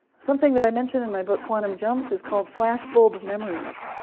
something that i mention in my book, quantum jumps, is called flashbulb memories.